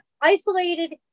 isolated